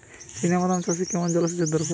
চিনাবাদাম চাষে কেমন জলসেচের দরকার?